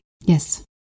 Yes